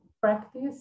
practice